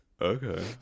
Okay